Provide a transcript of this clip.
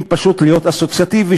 אם פשוט להיות אסוציאטיבי,